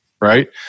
right